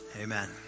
Amen